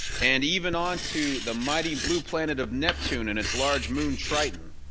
and even on to the mighty blue planet of neptune and its large moon, triton.